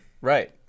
Right